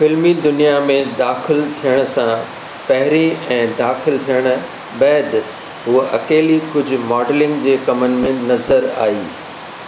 फ़िल्मी दुनिया में दाख़िलु थियणु सां पहिरीं ऐं दाख़िलु थियणु बैदि हूअ अकेली कुझु मॉडलिंग जे कमनि में नज़रु आई